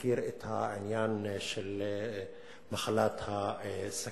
מכיר את העניין של מחלת הסוכרת.